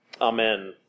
Amen